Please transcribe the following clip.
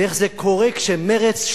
ואיך זה קורה כשמרצ,